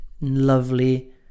lovely